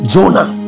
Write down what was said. Jonah